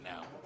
now